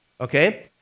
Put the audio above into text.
Okay